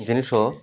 ଜିନିଷ